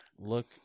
Look